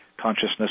consciousness